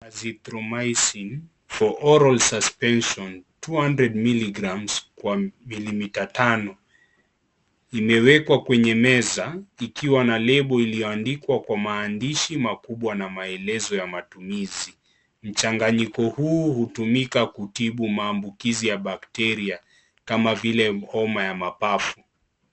Azithromycin for oral suspension 200 milligrams kwa milimita tano, imeweka kwenye meza ikiwa na Label iliyoandikwa kwa maandishi makubwa na maelezo ya matumizi. Mchanganyiko huu hutumika kutibu mambukizi ya bacteria ,kama vile homa ya mapafu.